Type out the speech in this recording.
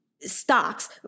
stocks